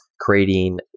creating